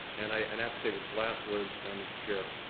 and, i and have to say this last word, mr. chair.